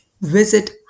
visit